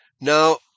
Now